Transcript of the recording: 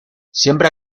siempre